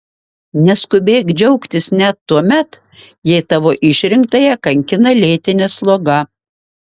neskubėk džiaugtis net tuomet jei tavo išrinktąją kankina lėtinė sloga